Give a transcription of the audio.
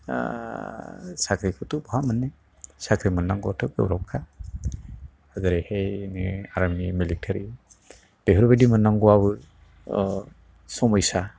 साख्रिफोरथ' बहा मोन्नो साख्रि मोननांगौ आथ' गोब्राबखा आरैहायनो आर्मि मिलिटारि बेफोरबायदि मोननांगौवाबो समयसा